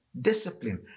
discipline